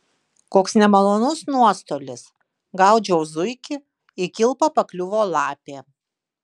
koks nemalonus nuostolis gaudžiau zuikį į kilpą pakliuvo lapė